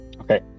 Okay